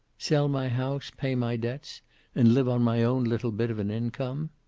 sell my house, pay my debts and live on my own little bit of an income.